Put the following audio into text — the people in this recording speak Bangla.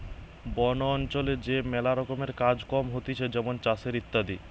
বন অঞ্চলে যে ম্যালা রকমের কাজ কম হতিছে যেমন চাষের ইত্যাদি